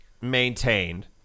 maintained